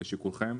לשיקולכם.